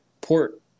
port